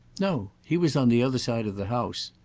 no he was on the other side of the house.